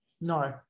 No